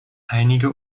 einige